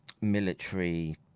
military